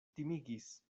timigis